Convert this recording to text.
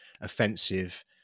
offensive